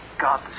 God